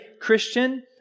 Christian